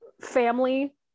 family